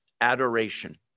adoration